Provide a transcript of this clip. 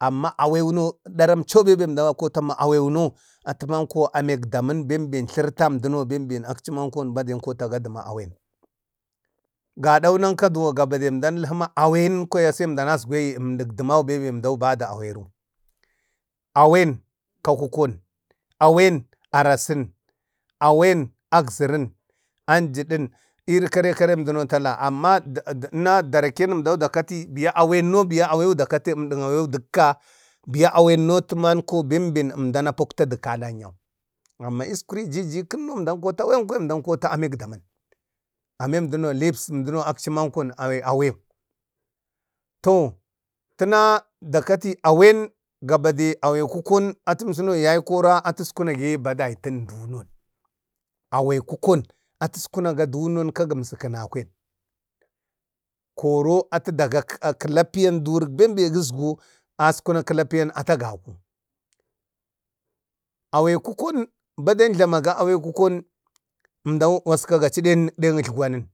Amma awen ɗaramcho bembe əmdan akota ma awenno atəmanko amek taman benbe tlartam ɗano, akchi manko gaden kotagadu ma awen. gaɗau nanka duwon əndan alhu ga bade ma awen kwaya sai əndan asgwegi əmdək dəman be əmdau jlamadu aweu de ameri, awen ka kukon, awen araso, awen agzarən, angədan iri karek femduna tala, amma dede tena daraken da kati awenno əmdaawey da kati dakka. Awennotiya da kati bembe əmdan na poktədu kalanyau, amma iskur ijijikin əmdan kotu awenno akotaŋ amek damən. amen dəno wata leaves akchi man awen, to tena da kati awen gabadai kukon emsuno da kata bek dayimau a baderi, awe kukon atuskuno duno kak gumsikenakwain koro atu dagaka uskən badayatin duno əskunagawen komtə askənaga kəlapiyak bembe. Gusgo əskuna kəlapiyan atəgaku awei kukon baden jlamaga awe kukon əmdau waskagachi de ətlgwanen.